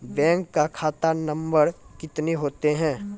Bank का खाता number कितने होते हैं?